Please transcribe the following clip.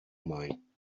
mine